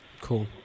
Cool